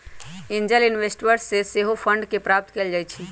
angel investors से सेहो fund के प्राप्त कएल जाइ छइ